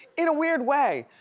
in a weird way,